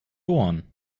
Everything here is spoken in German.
ohren